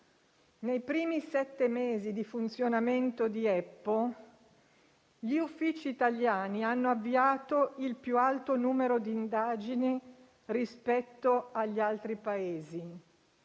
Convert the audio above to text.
Nei primi sette mesi di funzionamento di EPPO, gli uffici italiani hanno avviato il più alto numero di indagini rispetto agli altri Paesi,